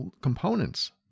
components